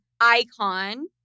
icon